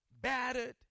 battered